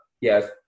Yes